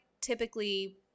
typically